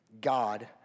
God